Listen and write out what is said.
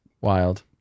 Wild